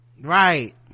right